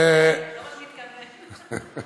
מתכוון ועושה,